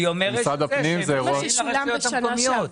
אומרת שהם מסייעים לרשויות המקומיות.